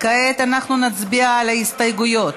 כעת נצביע על ההסתייגויות.